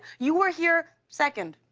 you were here. second.